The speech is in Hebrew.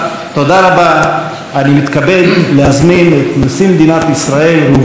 אני מתכבד להזמין את נשיא מדינת ישראל ראובן רובי ריבלין לשאת דברים.